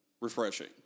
refreshing